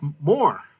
more